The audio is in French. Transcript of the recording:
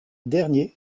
dernier